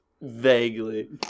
Vaguely